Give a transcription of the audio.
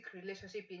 relationship